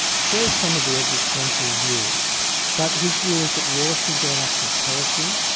shares some of the existential view but his view is that war should be an act of policy,